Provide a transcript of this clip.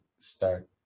start